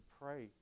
pray